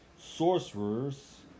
sorcerers